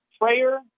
Prayer